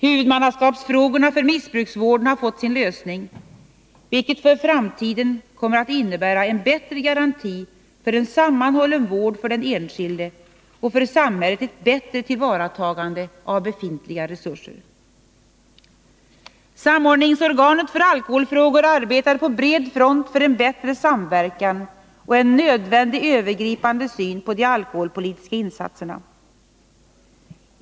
Huvudmannaskapsfrågorna för missbruksvården har fått sin lösning, vilket för framtiden kommer att innebära en bättre garanti för en sammanhållen vård för den enskilde och ett bättre tillvaratagande av befintliga resurser för samhället. Samordningsorganet för alkoholfrågor arbetar på bred front för en bättre samverkan och en nödvändig övergripande syn på de alkoholpolitiska insatserna.